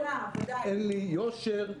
אין לי יושר,